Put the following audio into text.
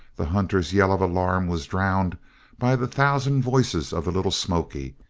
the hunter's yell of alarm was drowned by the thousand voices of the little smoky,